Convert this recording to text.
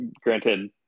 granted